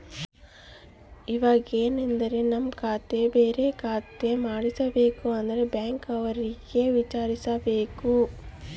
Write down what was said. ಇವಾಗೆನದ್ರು ನಮ್ ಖಾತೆ ಬೇರೆ ಖಾತೆ ಮಾಡ್ಬೇಕು ಅಂದ್ರೆ ಬ್ಯಾಂಕ್ ಅವ್ರಿಗೆ ವಿಚಾರ್ಸ್ಬೇಕು